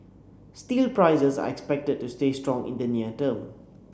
steel prices are expected to stay strong in the near term